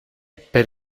per